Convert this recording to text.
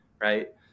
Right